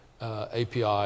API